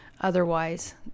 otherwise